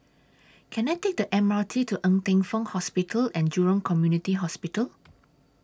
Can I Take The M R T to Ng Teng Fong Hospital and Jurong Community Hospital